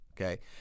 okay